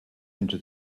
into